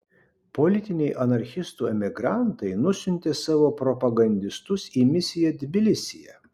politiniai anarchistų emigrantai nusiuntė savo propagandistus į misiją tbilisyje